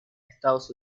estados